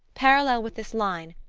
parallel with this line,